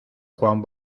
juan